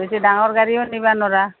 বেছি ডাঙৰ গাড়ীও নিবা নোৱাৰা